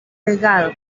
delgado